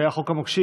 כשהיה חוק המוקשים,